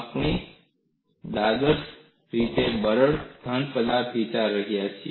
આપણે આદર્શ રીતે બરડ ઘન પદાર્થો પર વિચાર કરી રહ્યા છીએ